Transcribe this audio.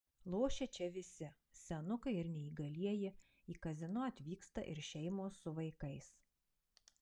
lošia čia visi senukai ir neįgalieji į kazino atvyksta ir šeimos su vaikais